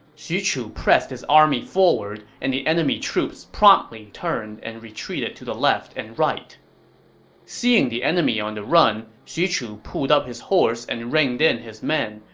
xu chu pressed his army forward, and the enemy troops promptly turned and retreated to the left and right seeing the enemy on the run, xu chu pulled up his horse and reined in his men,